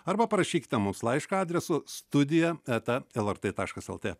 arba parašykite mums laišką adresu studija eta lrt taškas lt